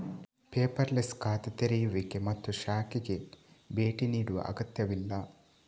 paperless ಖಾತೆ ತೆರೆಯುವಿಕೆ ಮತ್ತು ಶಾಖೆಗೆ ಭೇಟಿ ನೀಡುವ ಅಗತ್ಯವಿಲ್ಲ